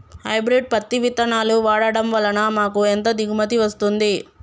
Hybrid పత్తి విత్తనాలు వాడడం వలన మాకు ఎంత దిగుమతి వస్తుంది?